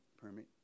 permit